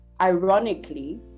ironically